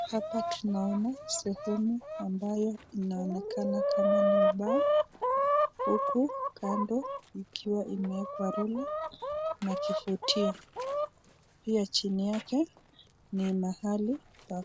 Hapa tunaona sehemu ambayo inaonekana kama ni ubao huku kando ikiwa imewekwa rula na kifutio. Pia chini yake ni mahali pa